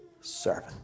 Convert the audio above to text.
servant